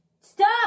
Stop